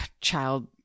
child